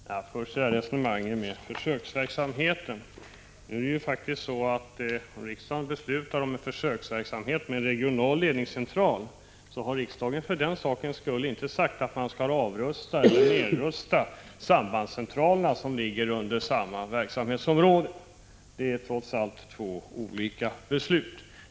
Herr talman! För det första: När det gäller resonemanget om försöksverksamheten är det faktiskt så att om riksdagen fattar beslut om en försöksverksamhet med en regional ledningscentral har riksdagen för den skull inte sagt att man skall avrusta eller nedrusta sambandscentraler inom samma verksamhetsområde. Det är trots allt två olika beslut.